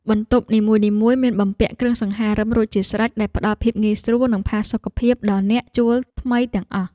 បន្ទប់នីមួយៗមានបំពាក់គ្រឿងសង្ហារិមរួចជាស្រេចដែលផ្តល់ភាពងាយស្រួល និងផាសុកភាពដល់អ្នកជួលថ្មីទាំងអស់។